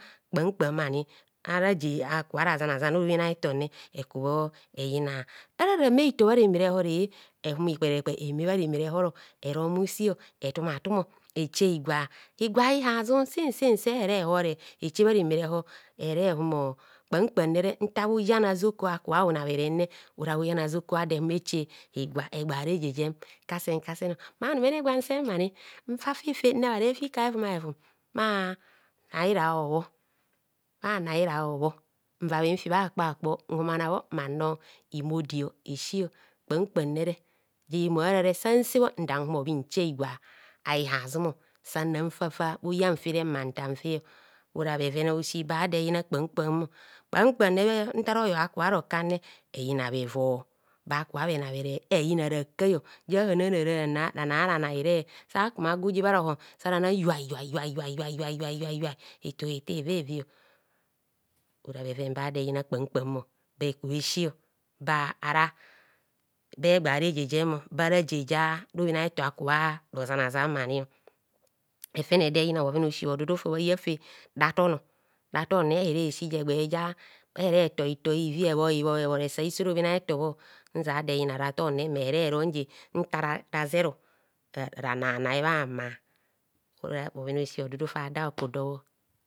Kpam kpam ara raje akara zanazan a robhen á eto ne ekubho eyina arara me hito bhareme rehor, ehumo ikperekpe eme bhareme re hor ero bhu si etum a tum eche higwa, higwa a bhiha zum sin sin se he horo eche bhare rehor ere humor kpam kpam nta bhu yan a'zoko aka bhun abherem ora bhuya azoko ado ehumo eche higwa egbe a’ reje jem kasen kasen ma anumene gwan semani n fafife nnebhare fe ika hevum a’ hevum bha naira hobho bha naira hobho nva bhin fi bha kpa kpor nhumana bho mmanro imodesi kpam kpamne ji moi san sebho ndan humo bhin ere higwa a’ bhi hazum sanan fafa bhu yan fere mman tan fe ora bhe ven a'osi ba do eyina kpam kpam kpam kpam nta ro yor aka ro kane eyina bhe ba ka bhenabhere, eyina ra kai ja hararara bhanabhanai sa kuma gu je bha ro hon sarana yuai yuai yuai yuai yuai yuai ete to eve vio ora bhe ven ba do eyina kpam kpam be kuwo esi ba bhara ba egba reje jem bara je ja robhen a'efo aka roza nazan mani efene ede yina bhoven a’ osi bhodudu fa bha ya fe raron ratone ere si je egba ja ere torhitor hivio ebhor hibhob ebhoro esa hiso robhena’ efo nzia do eyina ratonne mmere ron je nta razero rananai bhama. Oro bhoven a'osi bhodn du fa si bhodn du fa da bho ku do bho.